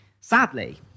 sadly